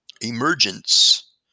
emergence